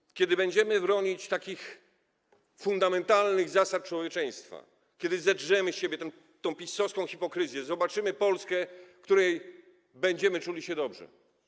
I kiedy będziemy bronić takich fundamentalnych zasad człowieczeństwa, kiedy zedrzemy z siebie tę PiS-owską hipokryzję, zobaczymy Polskę, w której będziemy czuli się dobrze.